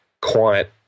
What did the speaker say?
quiet